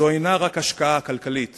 זו לא רק ההשקעה הכלכלית